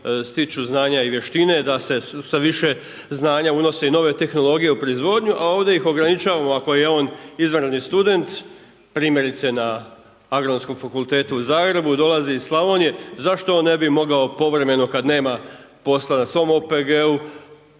stječu znanja i vještine, da se sa više znanja unose i nove tehnologije u proizvodnju a ovdje ih ograničavamo ako je on izvanredni student primjerice na Agronomskom fakultetu u Zagrebu i dolazi iz Slavonije, zašto on ne bi mogao povremeno kada nema posla na svom OPG-u